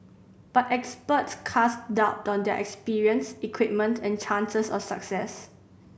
but experts cast doubt on their expertise equipment and chances of success